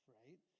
right